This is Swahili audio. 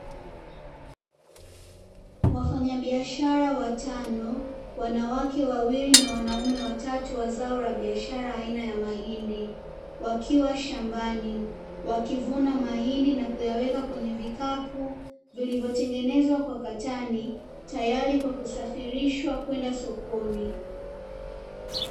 Wafanyabiashara watano, wanawake wawili na wanaume watatu wazao la biashara aina ya mahindi, wakiwa shambani, wakivuna mahindi na kuyaweka kwenye vikapu vilivyotengenezwa kwa katani tayari kwa kusafirishwa kwenda sokoni.